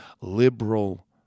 liberal